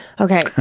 Okay